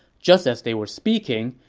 just as they were speaking,